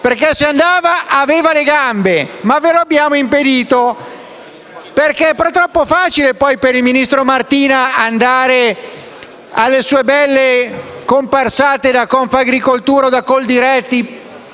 perché se andava aveva le gambe, ma ve lo abbiamo impedito. È troppo facile per il ministro Martina andare a fare le sue belle comparsate da Confagricoltura o da Coldiretti,